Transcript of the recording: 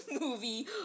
movie